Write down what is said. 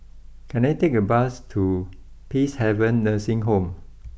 can I take a bus to Peacehaven Nursing Home